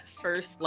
first